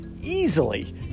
easily